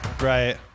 Right